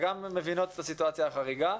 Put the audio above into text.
וגם מבינות את הסיטואציה החריגה.